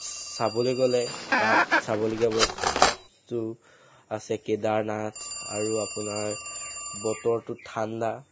চাবলৈ গ'লে তাত চাবলগীয়া বস্তু আছে কেদাৰনাথ আৰু আপোনাৰ বতৰটো ঠাণ্ডা